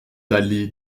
dallé